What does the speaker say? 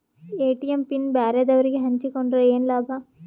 ATM PIN ಬ್ಯಾರೆದವರಗೆ ಹಂಚಿಕೊಂಡರೆ ಏನು ಲಾಭ?